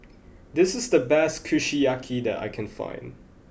this is the best Kushiyaki that I can find